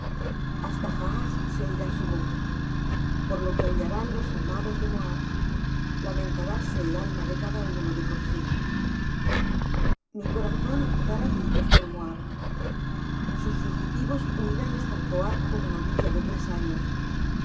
hasta jahas se oirá su voz por lo que aullarán los armados de moab lamentaráse el alma de cada uno de por sí mi corazón dará gritos por moab sus fugitivos huirán hasta zoar como novilla de tres años